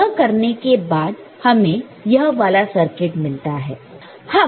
तो यह करने के बाद हमें यह वाला सर्किट मिलता है